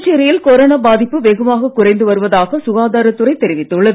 புதுச்சேரியில் கொரோனா பாதிப்பு வெகுவாகக் குறைந்து வருவதாக சுகாதாரத் துறை தெரிவித்துள்ளது